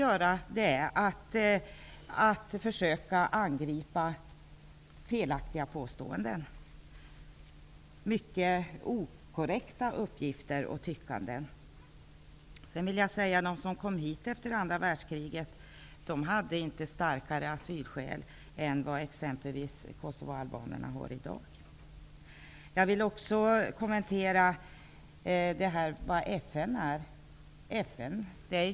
Vi har alltid fått angripa felaktiga påståenden, okorrekta uppgifter och tyckande. Sedan vill jag säga att de som kom hit efter andra världskriget inte hade starkare asylskäl än vad exempelvis kosovoalbaner i dag har. Jag vill kommentera frågan om vad FN är.